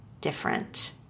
different